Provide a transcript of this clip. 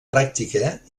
pràctica